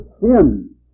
sin